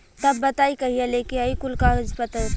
तब बताई कहिया लेके आई कुल कागज पतर?